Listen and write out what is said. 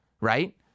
right